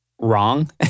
wrong